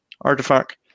artifact